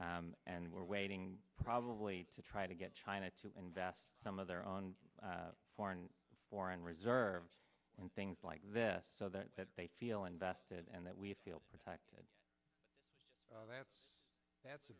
help and we're waiting probably to try to get china to invest some of their own foreign foreign reserves and things like that so that they feel invested and that we feel protected that's that's a